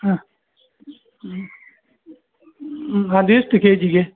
ಹಾಂ ಹ್ಞೂ ಹ್ಞೂ ಅದು ಎಷ್ಟು ಕೆ ಜಿಗೆ